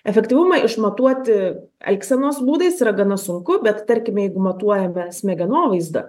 efektyvumą išmatuoti elgsenos būdais yra gana sunku bet tarkime jeigu matuojame smegenovaizda